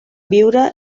viure